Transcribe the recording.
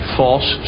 false